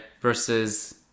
versus